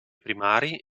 primari